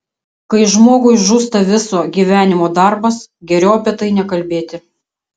kai žmogui žūsta viso gyvenimo darbas geriau apie tai nekalbėti